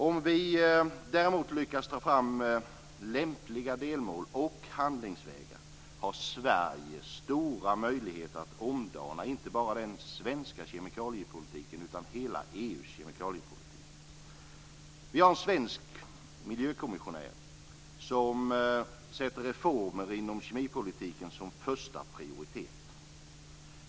Om vi däremot lyckas ta fram lämpliga delmål och handlingsvägar har Sverige stora möjligheter att omdana inte bara den svenska kemikaliepolitiken utan hela EU:s kemikaliepolitik. Vi har en svensk miljökommissionär som sätter reformer inom kemipolitiken som första prioritet.